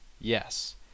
Yes